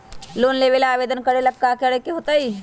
Loan लेबे ला आवेदन करे ला कि करे के होतइ?